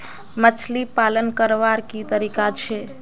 मछली पालन करवार की तरीका छे?